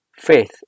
Faith